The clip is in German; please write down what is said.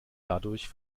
dadurch